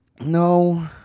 No